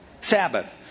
Sabbath